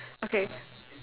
okay